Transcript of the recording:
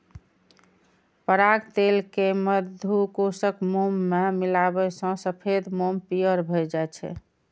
पराग तेल कें मधुकोशक मोम मे मिलाबै सं सफेद मोम पीयर भए जाइ छै